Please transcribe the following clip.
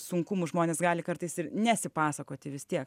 sunkumų žmonės gali kartais ir nesipasakoti vis tiek